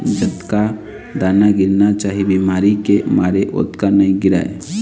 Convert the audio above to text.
जतका दाना गिरना चाही बिमारी के मारे ओतका नइ गिरय